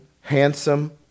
Handsome